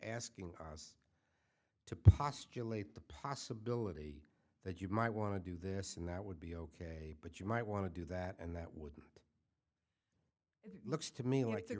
asking us to postulate the possibility that you might want to do this and that would be ok but you might want to do that and that would looks to me like the